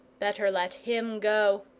better let him go.